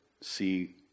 see